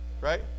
right